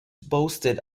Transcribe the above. boasted